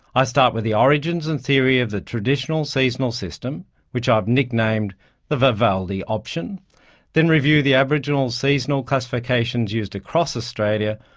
i start with the origins and theory of the traditional seasonal system which i've nicknamed the vivaldi option then review the aboriginal seasonal classifications used across australia,